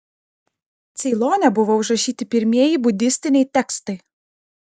ceilone buvo užrašyti pirmieji budistiniai tekstai